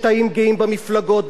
באמת זה יפה, אני אומר את זה בלי ציניות.